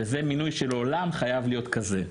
וזה מינוי שלעולם חייב להיות כזה.